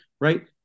right